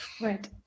right